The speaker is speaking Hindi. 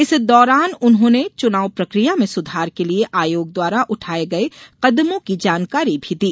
इस दौरान उन्होंने चुनाव प्रकिया में सुधार के लिये आयोग द्वारा उठाये गये कदमों की जानकारी भी दी